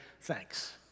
thanks